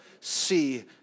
see